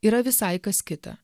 yra visai kas kita